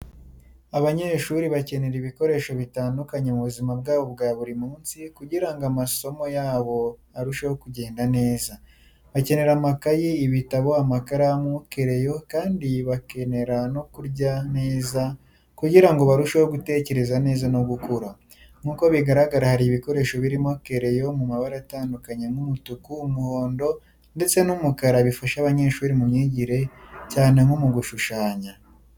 Abanyeshuri bakenera ibikoresho bitandukanye mu buzima bwabo bwa buri munsi kugirango amasomop yabo arusheho kugenda neza. Bakenera amakayi, ibitabo, amakaramu, kereyo kandi bakera no kurya neza kugirango barusheho gutekerza neza no gukura. nkuko bigaragara hari ibikoresho birimo kereyo mumabara atandukanye nk'umutuku, umuhondo ndetse n'ukara bifasha abanyeshuri mu myigire cyane cyne nko mu gushushanya.